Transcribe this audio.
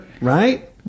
right